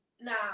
Now